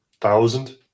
Thousand